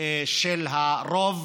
של הרוב,